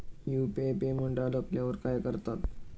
UPI payment अडकल्यावर काय करतात?